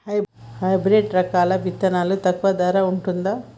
Hybrid రకాల విత్తనాలు తక్కువ ధర ఉంటుందా?